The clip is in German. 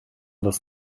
das